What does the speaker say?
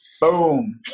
boom